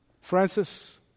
Francis